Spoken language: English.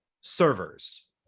servers